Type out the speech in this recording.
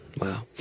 Wow